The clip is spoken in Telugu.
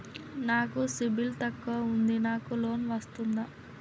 నాకు సిబిల్ తక్కువ ఉంది నాకు లోన్ వస్తుందా?